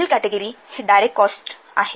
पुढील कॅटेगिरी ही direct cost आहे